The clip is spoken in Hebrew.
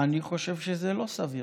אני חושב שזה לא סביר.